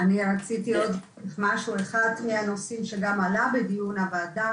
רציתי עוד משהו מהנושאים שגם עלה בדיון הוועדה.